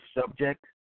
subject